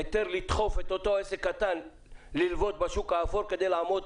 היתר לדחוף את אותו עסק קטן לקחת הלוואות בשוק האפור כדי לעמוד